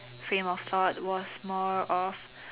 frame of thought was more of